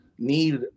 need